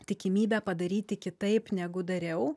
tikimybę padaryti kitaip negu dariau